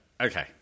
Okay